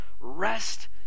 rest